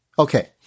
Okay